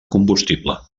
combustible